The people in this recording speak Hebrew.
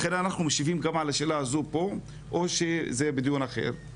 לכן אנחנו משיבים גם על השאלה הזאת פה או שזה בדיון אחר?